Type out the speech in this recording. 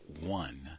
one